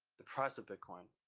the price of bitcoin,